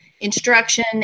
instruction